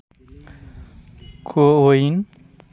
CoWIN